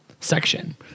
section